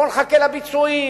בואו נחכה לביצועים,